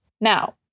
Now